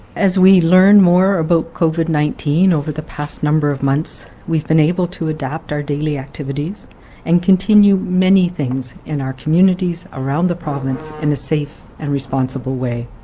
as we learn more about covid nineteen over the past number of months, we've been able to adapt our daily activities and continue many things in our communities around the province in a safe and am possible way.